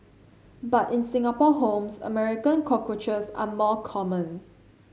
but in Singapore homes American cockroaches are more common